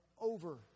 over